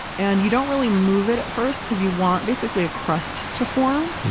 and you don't really move it at first because you want basically a crust to form.